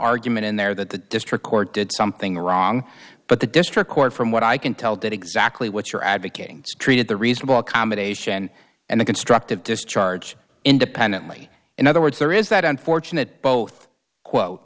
argument in there that the district court did something wrong but the district court from what i can tell did exactly what you're advocating treated the reasonable accommodation and the constructive discharge independently in other words there is that unfortunate both quote